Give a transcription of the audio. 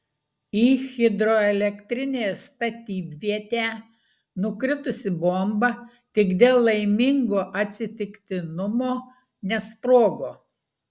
į hidroelektrinės statybvietę nukritusi bomba tik dėl laimingo atsitiktinumo nesprogo